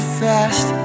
fast